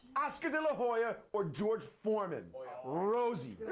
oscar de la hoya or george foreman? but rosie.